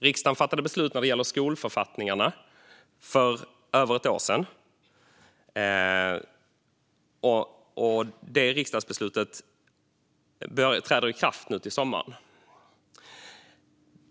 Riksdagen fattade beslut när det gäller skolförfattningarna för över ett år sedan, och riksdagsbeslutet träder i kraft nu till sommaren.